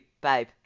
babe